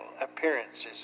appearances